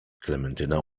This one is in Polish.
klementyna